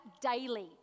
daily